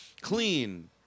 clean